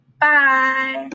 bye